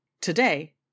Today